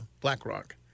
BlackRock